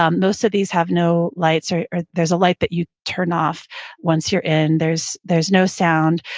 um most of these have no lights, or or there's a light that you turn off once you're in. there's there's no sound.